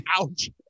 Ouch